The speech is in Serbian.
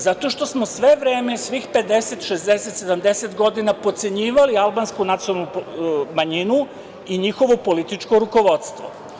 Zato što smo sve vreme, svih 5, 60, 70 godina potcenjivali albansku nacionalnu manjinu i njihovu političko rukovodstvo.